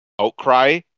outcry